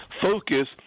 focus